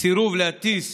סירוב להטיס